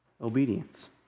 obedience